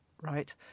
Right